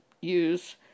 use